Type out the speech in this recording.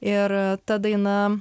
ir ta daina